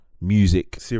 music